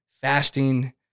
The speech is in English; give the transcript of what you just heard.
fasting